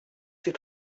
ses